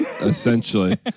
Essentially